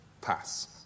Pass